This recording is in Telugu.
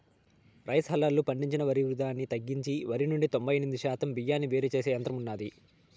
రైస్ హల్లర్లు పండించిన వరి వృధాను తగ్గించి వరి నుండి తొంబై ఎనిమిది శాతం బియ్యాన్ని వేరు చేసే యంత్రం ఉన్నాది